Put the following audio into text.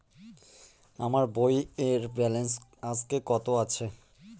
আমার বইয়ের ব্যালেন্স আজকে কত আছে?